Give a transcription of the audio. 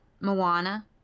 Moana